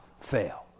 fail